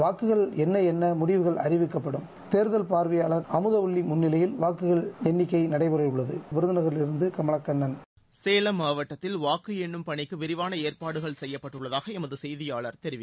வாக்குகள் எண்ண எண்ண முடிவுகள் அறிவிக்கப்படும் தேர்தல் பார்வையாளர் அமுதவல்லி முன்னிலையில் வாக்குகள் எண்ணிக்கை நடைபெறவுள்ளது விருதுநகரிலிருந்து கமலக்கண்ணன் சேலம் மாவட்டத்தில் வாக்கு எண்ணும் பணிக்கு விரிவான ஏற்பாடுகள் செய்யப்பட்டுள்ளதாக எமது செய்தியாளர் தெரிவிக்கிறார்